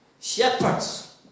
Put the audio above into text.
shepherds